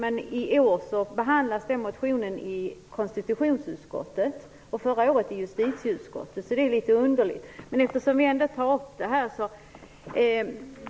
I år behandlas den i konstitutionsutskottet, förra året var det i justitieutskottet. Så det är litet underligt. Men eftersom frågan finns med i betänkandet vill jag ändå ta upp det här.